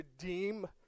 redeem